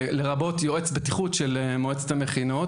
לרבות יועץ בטיחות של מועצת המכינות